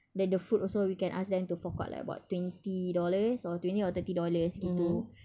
then the food also we can ask them to fork out like about twenty dollars or twenty or thirty dollars gitu